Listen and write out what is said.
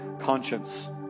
conscience